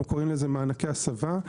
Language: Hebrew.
אנו קוראים לזה מענקי הסבה.